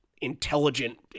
intelligent